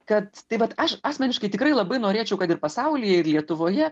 kad tai vat aš asmeniškai tikrai labai norėčiau kad ir pasauly ir lietuvoje